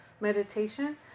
meditation